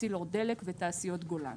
אפסילור דלק ותעשיות גולן.